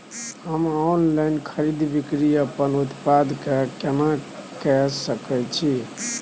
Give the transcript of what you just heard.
हम ऑनलाइन खरीद बिक्री अपन उत्पाद के केना के सकै छी?